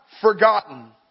forgotten